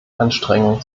anstrengungen